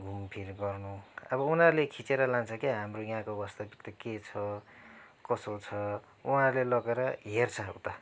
घुमफिर गर्नु अब उनीहरूले खिचेर लान्छ क्या हाम्रो यहाँको वास्ताविकता के छ कसो छ उहाँहरूले लगेर हेर्छ उता